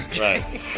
right